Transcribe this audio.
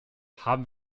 haben